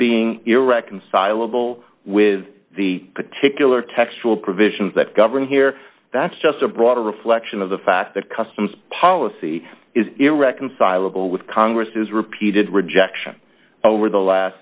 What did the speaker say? being irreconcilable with the particular textual provisions that govern here that's just a broader reflection of the fact that customs policy is irreconcilable with congress's repeated rejection over the last